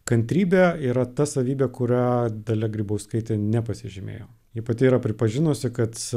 kantrybė yra ta savybė kuria dalia grybauskaitė nepasižymėjo ji pati yra pripažinusi kad